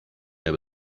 mehr